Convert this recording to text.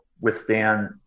withstand